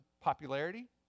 popularity